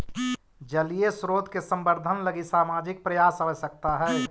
जलीय स्रोत के संवर्धन लगी सामाजिक प्रयास आवश्कता हई